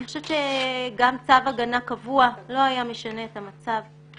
אני חושבת שגם צו הגנה קבוע לא היה משנה את המצב.